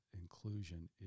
inclusion